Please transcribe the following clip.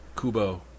Kubo